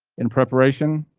in preparation,